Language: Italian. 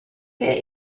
che